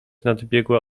nadbiegła